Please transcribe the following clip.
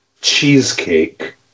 cheesecake